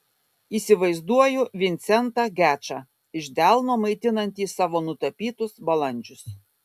įsivaizduoju vincentą gečą iš delno maitinantį savo nutapytus balandžius